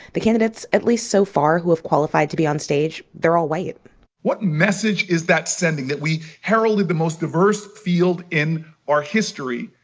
the candidates at least so far who have qualified to be on stage they're all white what message is that sending that we heralded the most diverse field in our history,